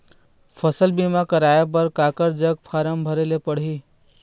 फसल बीमा कराए बर काकर जग फारम भरेले पड़ही?